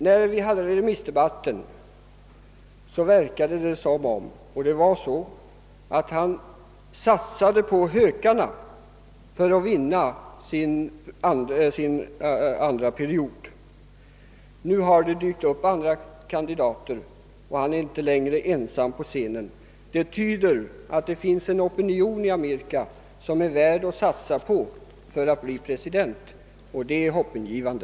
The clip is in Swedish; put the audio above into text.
När vi hade vår remissdebatt verkade det som om — och så var det också — han satsade på »hökarna» för att vinna sin andra period som president. Nu har emellertid andra kandidater dykt upp på scenen. Detta tyder på att det finns en opinion i Amerika som är värd att satsa på för att någon annan skall bli nästa president. Detta är hoppingivande.